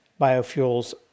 biofuels